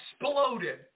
exploded